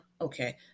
okay